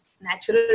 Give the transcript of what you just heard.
natural